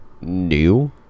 new